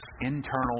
internal